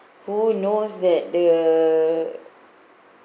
who knows that the